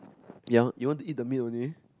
yea you want to eat the meat only